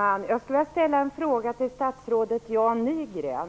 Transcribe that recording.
Fru talman! Jag skulle vilja ställa en fråga till statsrådet Jan Nygren.